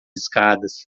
escadas